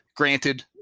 Granted